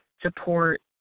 support